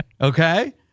okay